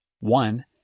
One